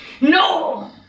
No